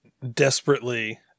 Desperately